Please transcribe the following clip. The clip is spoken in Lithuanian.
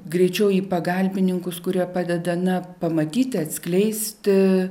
greičiau į pagalbininkus kurie padeda na pamatyti atskleisti